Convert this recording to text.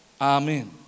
Amen